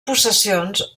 possessions